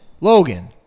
Logan